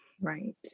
Right